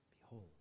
Behold